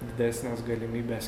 didesnės galimybės